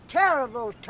terrible